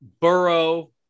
Burrow